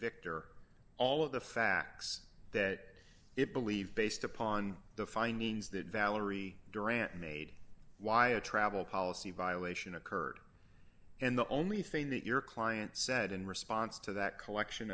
victor all of the facts that it believed based upon the findings that valerie duran made why a travel policy violation occurred and the only thing that your client said in response to that collection